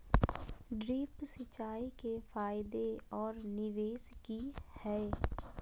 Drip सिंचाई के फायदे और निवेस कि हैय?